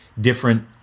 different